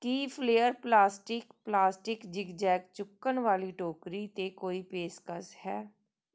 ਕੀ flare plastic plastic zigzag ਚੁੱਕਣ ਵਾਲੀ ਟੋਕਰੀ 'ਤੇ ਕੋਈ ਪੇਸ਼ਕਸ਼ ਹੈ